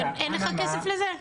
אין לך כסף לזה?